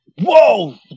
Whoa